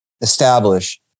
establish